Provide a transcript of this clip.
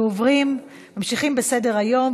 אנחנו ממשיכים בסדר-היום,